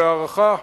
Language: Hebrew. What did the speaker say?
והערכה,